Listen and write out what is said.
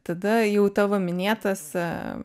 tada jau tavo minėtas